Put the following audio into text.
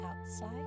outside